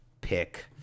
pick